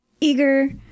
eager